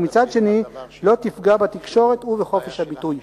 ומצד שני לא תפגע בתקשורת ובחופש הביטוי.